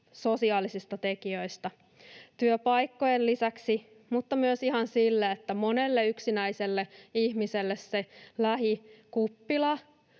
sosiaalisista tekijöistä — työpaikkojen lisäksi myös ihan siitä, että monelle yksinäiselle ihmiselle se lähikuppila,